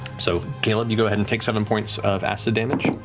so, caleb, you go ahead and take seven points of acid damage.